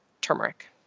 turmeric